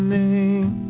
name